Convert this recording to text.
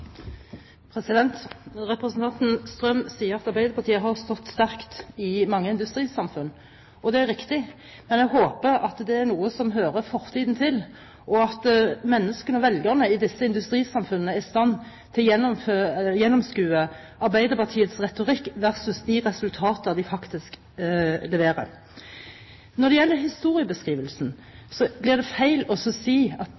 nå. Representanten Strøm sier at Arbeiderpartiet har stått sterkt i mange industrisamfunn, og det er riktig. Men jeg håper det er noe som hører fortiden til, og at menneskene og velgerne i disse industrisamfunnene er i stand til å gjennomskue Arbeiderpartiets retorikk versus de resultater de faktisk leverer. Når det gjelder historiebeskrivelsen, blir det feil å si at